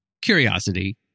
curiosity